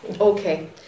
Okay